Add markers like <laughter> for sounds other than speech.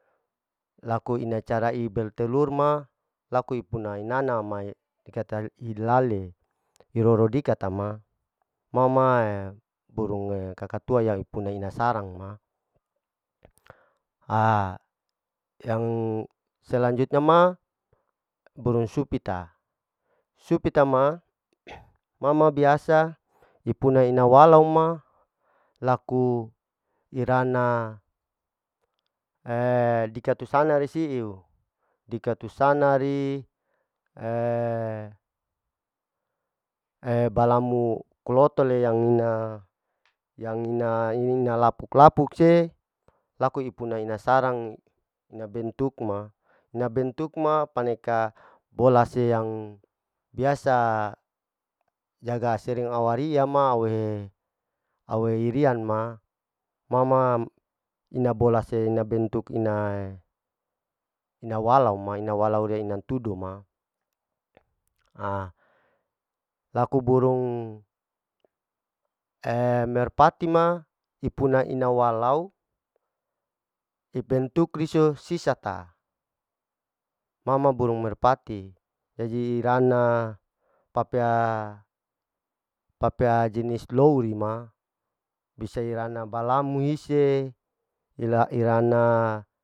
Laku ina cara ibertelur ma laku ipuna inana ma'e dikata hilale iroro dikatama, ma mae burung kaka tua yang ipuna ina sarang ma, ha yang selanjutnya ma burung supita, supita ma <hesitation> ma ma biasa ipuna ina walau ma, laku irana <hesitation> dikatu sana risiu, dikatu sanari, <hesitation> balamu kolotole yang ina, yang ina ina lapuk-lapuk se laku ipuna ina sarang, ina bentuk ma, ina bentuk ma paneka bola se yang, biasa jaga sering au ari'iama au he, au irian ma, ma ma ina bola se ina bentuk ina ina walau ma ina walau ina riya nantudu ma, a laku burung <hesitation> merpati ma ipuna ina walau ibentuk risu sisata, mama burung merpati jaji irana papea, papea jenis loiyi ma bisa irana balamui hise la irana.